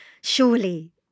surely